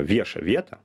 viešą vietą